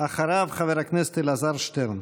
אחריו, חבר הכנסת אלעזר שטרן.